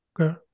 okay